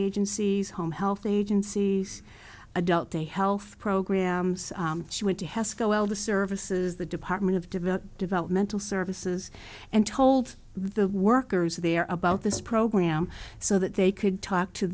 agencies home health agencies adult day health programs she went to hesco well the services the department of develop developmental services and told the workers there about this program so that they could talk to